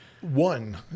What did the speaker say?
One